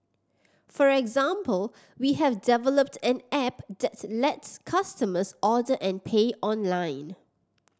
for example we have developed an app that lets customers order and pay online